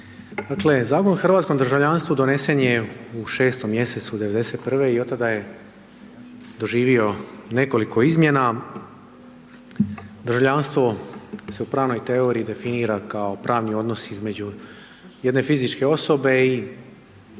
Zakon o hrvatskom državljanstvu donesen je u 6. mj. 1991. i od tada je doživio nekoliko izmjena. Državljanstvo se u pravnoj teoriji definira kao pravni odnos između jedne fizičke osobe i